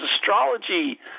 astrology